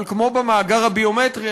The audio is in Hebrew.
אבל כמו במאגר הביומטרי,